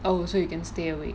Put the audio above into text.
oh so you can stay awake